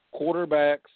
quarterbacks